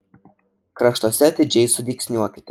kraštuose atidžiai sudygsniuokite